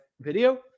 video